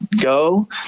go